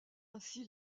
ainsi